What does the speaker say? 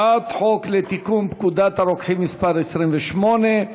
הצעת חוק לתיקון פקודת הרוקחים (מס' 28),